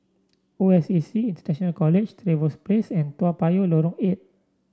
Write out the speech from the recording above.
O S A C International College Trevose Place and Toa Payoh Lorong Eight